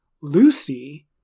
Lucy